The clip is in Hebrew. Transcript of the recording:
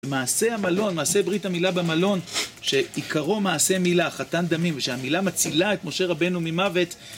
מעשי המלון, מעשי ברית המילה במלון, שעיקרו מעשי מילה, חתן דמים, ושהמילה מצילה את משה רבנו ממוות.